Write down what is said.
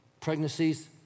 Pregnancies